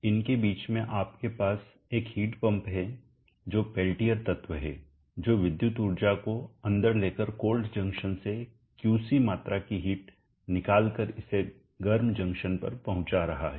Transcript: इनके बीच में आपके पास एक हीट पंप है जो पेल्टियर तत्व है जो विद्युत ऊर्जा को अंदर लेकर कोल्ड जंक्शन से QC मात्रा की हीट निकाल कर इसे गर्म जंक्शन पर पहुंचा रहा है